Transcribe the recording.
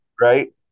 right